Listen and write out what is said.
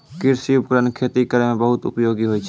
कृषि उपकरण खेती करै म बहुत उपयोगी होय छै